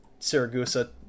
Siragusa